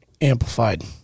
amplified